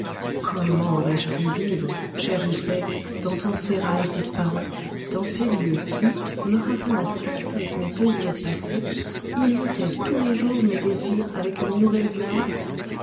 comment aurois je pu vivre cher usbek dans ton sérail d'ispahan dans ces lieux qui me rappelant sans cesse mes plaisirs passés irritoient tous les jours mes désirs avec une nouvelle violence